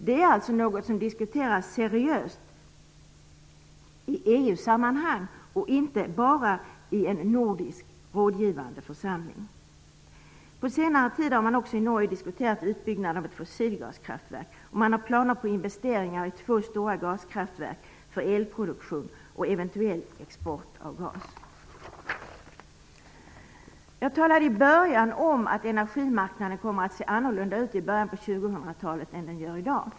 Det är något som diskuteras seriöst i EU-sammanhang och inte bara i en nordisk rådgivande församling. På senare tid har man också i Norge diskuterat utbyggnaden av ett fossilgaskraftverk. Man har planer på investeringar i två stora gaskraftverk för elproduktion och eventuell export av gas. Jag talade i början om att energimarknaden kommer att se annorlunda ut i början av 2000-talet än den gör i dag.